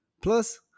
Plus